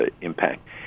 impact